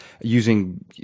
using